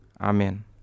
Amen